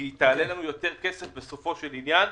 כי היא תעלה לנו יותר כסף בסופו של עניין.